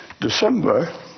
December